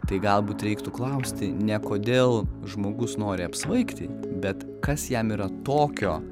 tai galbūt reiktų klausti ne kodėl žmogus nori apsvaigti bet kas jam yra tokio